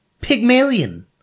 Pygmalion